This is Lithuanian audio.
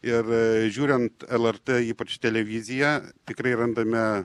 ir žiūrint lrt ypač televiziją tikrai randame